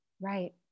Right